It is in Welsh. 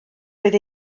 roedd